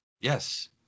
Yes